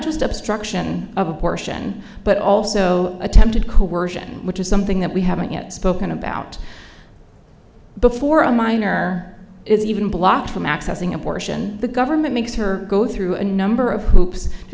just obstruction of abortion but also attempted coercion which is something that we haven't yet spoken about before a miner is even blocked from accessing abortion the government makes her go through a number of hoops to